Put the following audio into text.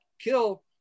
kill